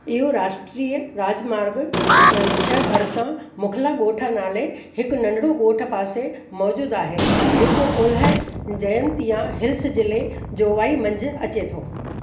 इहो राष्ट्रीय राॼमार्ॻु छह भरिसां मुखला ॻोठ नाले हिक नंढिड़े ॻोठ पासे मौजूदु आहे जेको ओलह जयंतिया हिल्स जिले जोवाई मंझि अचे थो